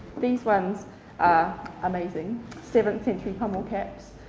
these ones are amazing seventh century pommel caps,